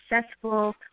successful